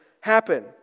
happen